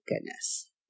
goodness